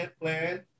plan